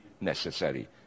necessary